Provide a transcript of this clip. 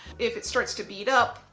if it starts to bead up,